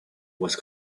was